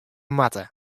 moatte